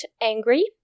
angry